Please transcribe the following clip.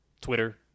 Twitter